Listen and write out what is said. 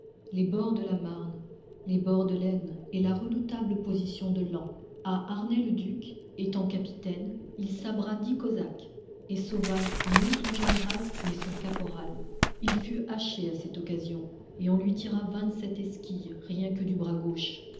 les bords de la marne les bords de l'aisne et la redoutable position de laon à arnay le duc étant capitaine il sabra dix cosaques et sauva non son général mais son caporal il fut haché à cette occasion et on lui tira vingt-sept esquilles rien que du bras gauche